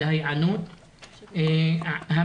על ההיענות המידית,